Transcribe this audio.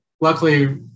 Luckily